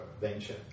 venture